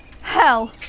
Hell